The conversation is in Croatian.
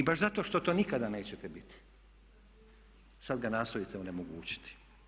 I baš zato što to nikada nećete biti sada ga nastojite onemogućiti.